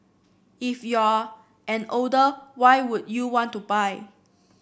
if you're an older why would you want to buy